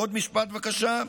עוד משפט, בבקשה.